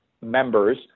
members